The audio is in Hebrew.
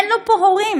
אין לו פה הורים,